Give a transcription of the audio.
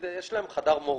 כשאתה לא עושה, לא שואלים